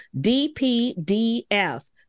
DPDF